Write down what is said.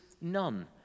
none